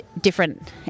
different